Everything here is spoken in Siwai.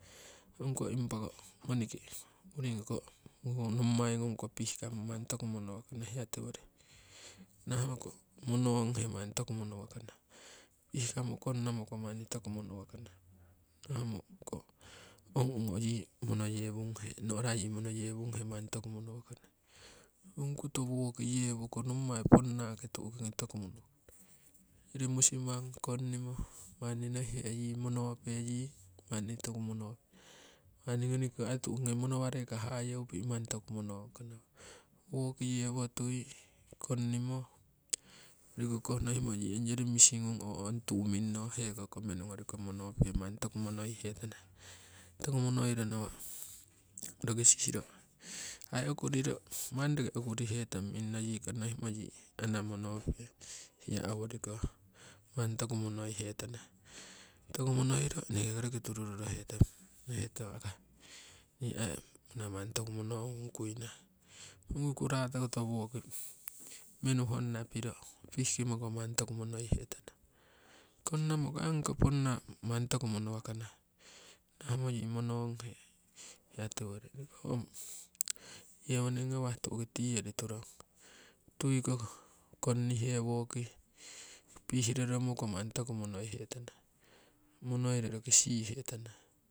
Ongiko impa ko ngoniki urigiko hoi nommai ngungi ko pihkamo manni toku mono wakana hiya tiwori, naha moko monong he manni toku monowakana, pihkamo konnamoko manni toku monowakana, nahamoko ong ogo yii moyewunghe no'ra yii monoyewunghe manni toku monono wakana. Ongi koto woki yewo hoiko nommai ponnangi toku mono wakana, ongyori musimang konnimo manni nohihe yii monope yii manni toku. Manni ngoni kiko aii manni mono wareiko hayeupi' manni toku monong kana woki yewo tui konnimo ong yoriko koh ngohimo yii ong yori koh miisi ngung ong tuu minnoh hekoko menugoriko monope manni toku monoi hetana. Toku monoiro nawa' roki sihiro aii okuriko manni roki okurihe tong minnoyi ko nohimoyii ana monope, hiya oworiko manni toku monoihe tana. Toku monoiro eneke ko roki tururorohe tong, ngokihe tong akai nee aii ana toku monongkuina. Ongiko ratokoto woki menu honna piro pihkimoko manni toku monoihe tana, konnamako aii ongi ponna manni toku mono wakana nohamo yii mononghe hiya tiwori ong yewoning ngawah tu'ki tiyori turong, tuiko kongnihe woki pihroromoko manni toku monoihe tana monoiro roki sihihetana.